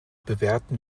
bewerten